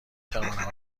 توانم